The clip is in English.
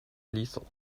lethal